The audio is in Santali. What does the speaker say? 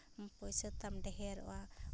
ᱯᱩᱭᱥᱟᱹ ᱛᱟᱢ ᱰᱷᱮᱹᱨᱚᱜᱼᱟ